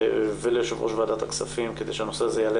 וליושב ראש ועדת הכספים כדי שהנושא הזה יעלה